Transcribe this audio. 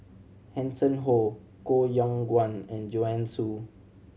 Hanson Ho Koh Yong Guan and Joanne Soo